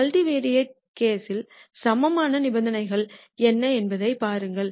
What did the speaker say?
multivariate கேஸ்யில் சமமான நிபந்தனைகள் என்ன என்பதைப் பாருங்கள்